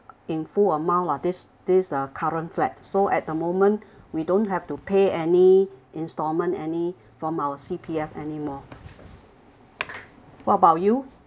in full amount lah this this uh current flat so at the moment we don't have to pay any instalment any from our C_P_F anymore what about you